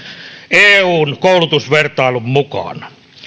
eun koulutusvertailun mukaan